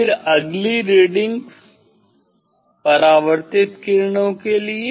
फिर अगली रीडिंग्स परावर्तित किरणों के लिए